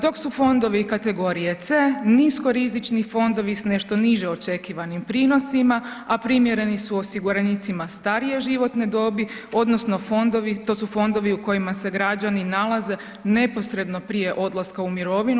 Dok su fondovi kategorije C niskorizični fondovi s nešto niže očekivanim prinosima, a primjereni su osiguranicima starije životne dobi odnosno fondovi, to su fondovi u kojima se građani nalaze neposredno prije odlaska u mirovinu.